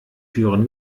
türen